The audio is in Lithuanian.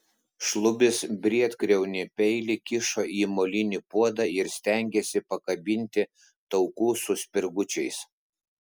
šlubis briedkriaunį peilį kišo į molinį puodą ir stengėsi pakabinti taukų su spirgučiais